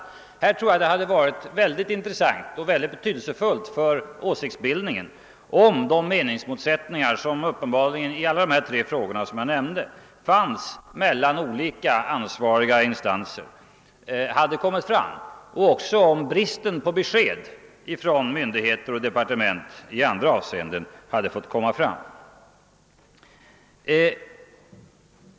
Jag tror att det hade varit mycket intressant och betydelsefullt för åsiktsbildningen om de meningsmotsättningar, som uppenbarligen i alla de här frågorna fanns mellan olika ansvariga instanser, hade kommit fram, lika betydelsefullt som det varit att notera bristen på besked från myndigheter och departement i flera olika avseenden.